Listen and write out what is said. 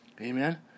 Amen